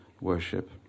worship